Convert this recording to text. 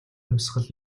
хувьсгал